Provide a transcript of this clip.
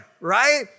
Right